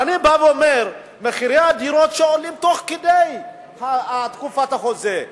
אני אומר: במחירי הדירות שעולים תוך כדי תקופת החוזה,